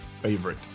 favorite